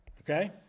Okay